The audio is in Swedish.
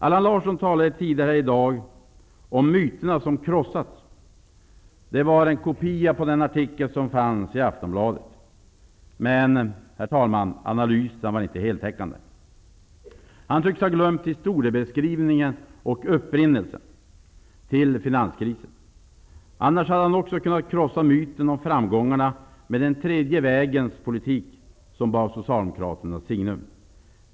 Allan Larsson talade tidigare i dag om myterna som har krossats. Det var exakt vad han sade i en artikel i Aftonbladet. Analysen var dock inte heltäckande. Allan Larsson tycks ha glömt historien bakom och upprinnelsen till finanskrisen. I annat fall hade han också kunnat krossa myten om framgångarna med den tredje vägens politik, som bar socialdemokraternas signum.